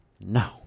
No